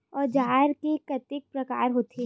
औजार के कतेक प्रकार होथे?